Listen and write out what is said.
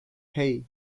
hey